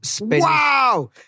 Wow